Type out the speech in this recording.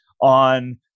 on